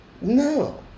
No